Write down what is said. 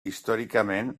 històricament